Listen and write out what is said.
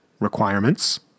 Requirements